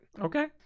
Okay